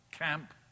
Camp